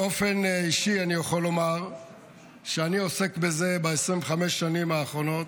באופן אישי אני יכול לומר שאני עוסק בזה ב-25 השנים האחרונות.